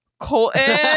Colton